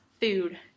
food